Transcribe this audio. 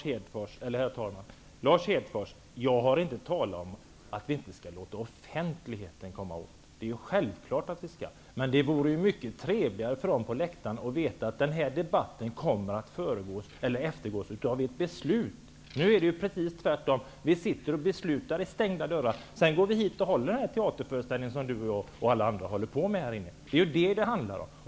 Herr talman! Lars Hedfors, jag har inte talat om att vi inte skall ha offentlighet. Det är självklart att vi skall ha det. Men det vore mycket trevligare för människorna på läktaren att veta att debatterna kommer att efterföljas av ett beslut. Nu är det precis tvärtom. Vi sitter och beslutar innanför stängda dörrar. Sedan går vi hit och håller denna teaterföreställning. Det är ju detta det handlar om.